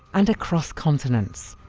and across continents.